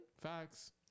Facts